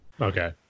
Okay